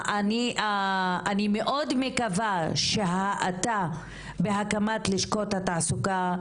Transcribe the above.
אני מאוד מקווה שהאטה בהקמת לשכות התעסוקה,